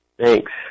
Thanks